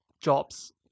jobs